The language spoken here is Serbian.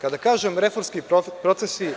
Kada kažem reformski procesi,